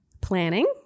Planning